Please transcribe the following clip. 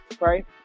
right